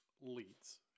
leads